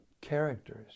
characters